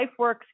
LifeWorks